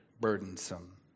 burdensome